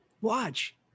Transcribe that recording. watch